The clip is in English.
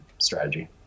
strategy